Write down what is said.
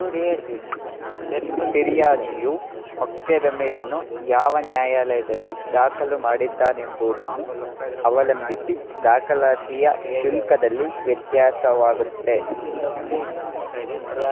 ಫಿರ್ಯಾದಿಯು ಮೊಕದ್ದಮ್ಮೆಯನ್ನು ಯಾವ ನ್ಯಾಯಾಲಯದಲ್ಲಿ ದಾಖಲು ಮಾಡಿದ್ದಾನೆಂಬುದನ್ನು ಅವಲಂಬಿಸಿ ದಾಖಲಾತಿಯ ಶುಲ್ಕದಲ್ಲಿ ವ್ಯತ್ಯಾಸವಾಗುತ್ತೆ